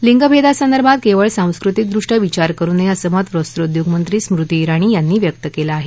लिंगभेदासंदर्भात केवळ सांस्कृतिकदृष्ट्या विचार करु नये असं मत वस्त्रोद्योगमंत्री स्मृती जिणी यांनी व्यक्त केलं आहे